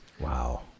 Wow